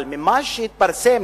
אבל לפי מה שהתפרסם,